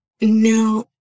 No